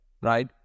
right